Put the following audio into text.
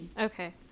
Okay